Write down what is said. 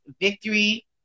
Victory